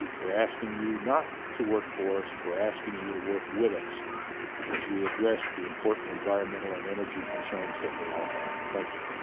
are asking you not to work for us, we are asking you to work with us as we address the important environmental and energy concerns that we all have. thank you.